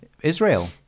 Israel